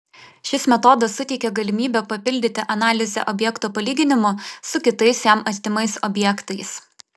šis metodas suteikia galimybę papildyti analizę objekto palyginimu su kitais jam artimais objektais